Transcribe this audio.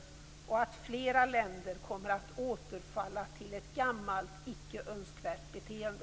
Risken är att flera länder kommer att återfalla i ett gammalt, icke önskvärt beteende.